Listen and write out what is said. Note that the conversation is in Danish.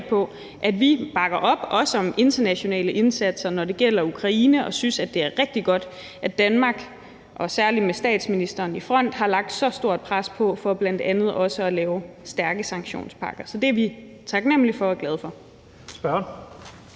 gælder Ukraine, også om internationale indsatser, og vi synes, at det er rigtig godt, at Danmark, og særlig med statsministeren i front, har lagt så stort pres på for bl.a. også at lave stærke sanktionspakker. Så det er vi taknemlige for og glade for. Kl.